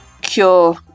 cure